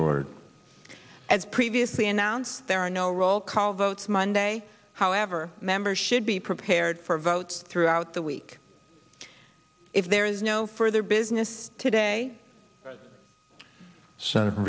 stored as previously announced there are no roll call votes monday however members should be prepared for votes throughout the week if there is no further business today s